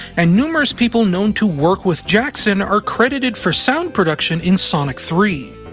and numerous people known to work with jackson are credited for sound production in sonic three.